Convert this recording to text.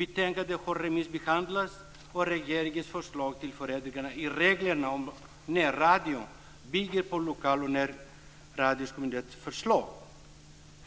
Betänkandet har remissbehandlats, och regeringens förslag till förändringar i reglerna om närradion bygger på Lokal och närradiokommitténs förslag.